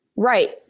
Right